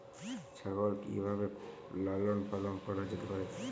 ছাগল কি ভাবে লালন পালন করা যেতে পারে?